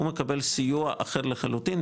הוא מקבל סיוע אחר לחלוטין,